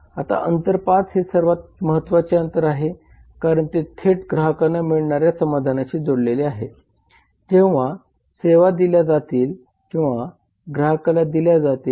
आता अंतर 5 हे सर्वात महत्वाचे अंतर आहे कारण ते थेट ग्राहकांना मिळणाऱ्या समाधानाशी जोडलेले आहे जेव्हा सेवा दिल्या जातील किंवा ग्राहकाला दिल्या जातील